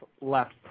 left